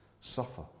suffer